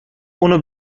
اونو